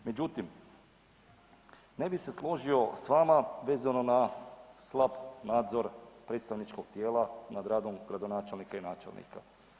Međutim, ne bi se složio s vama vezano na slab nadzor predstavničkog tijela nad radom gradonačelnika i načelnika.